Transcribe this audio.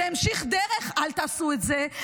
זה המשיך דרך: אל תעשו את זה,